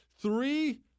Three